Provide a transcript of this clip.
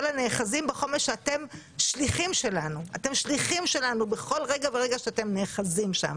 הנאחזים בחומש שאתם שליחים שלנו בכל רגע ורגע שאתם נאחזים שם,